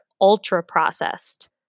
ultra-processed